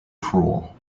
cruel